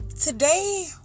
today